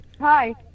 Hi